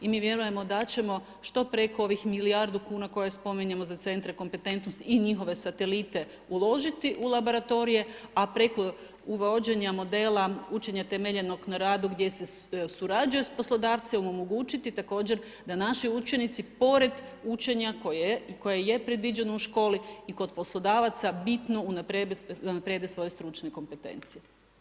I mi vjerujemo da ćemo što preko ovih milijardu kuna koje spominjemo za centre kompetentnosti i njihove satelite uložiti u laboratorije, a preko uvođenja modela učenja temeljenog na radu gdje se surađuje s poslodavcem omogućiti također da naši učenici pored učenja koje je predviđeno u školi i kod poslodavaca bitno unaprijede svoje stručne kompetencije.